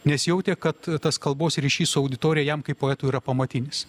nes jautė kad tas kalbos ryšys su auditorija jam kaip poetui yra pamatinis